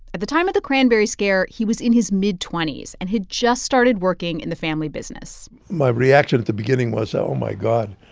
at the time of the cranberry scare, he was in his mid twenty s and had just started working in the family business my reaction at the beginning was, oh, my god.